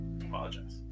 Apologize